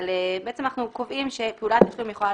בעצם אנחנו קובעים שפעולת תשלום יכולה